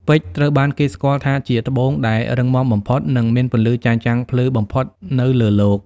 ពេជ្រត្រូវបានគេស្គាល់ថាជាត្បូងដែលរឹងមាំបំផុត និងមានពន្លឺចែងចាំងភ្លឺបំផុតនៅលើលោក។